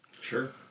Sure